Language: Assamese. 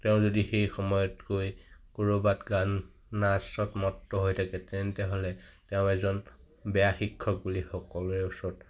তেওঁ যদি সেই সময়ত গৈ ক'ৰবাত গান নাচত মত্ত হৈ থাকে তেন্তে হ'লে তেওঁ এজন বেয়া শিক্ষক বুলি সকলোৰে ওচৰত